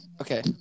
Okay